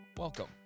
Welcome